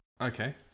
okay